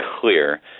clear